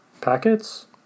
Packets